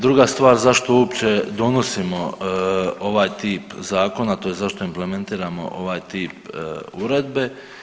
Druga stvar zašto uopće donosimo ovaj tip zakona, tj. zašto implementiramo ovaj tip uredbe?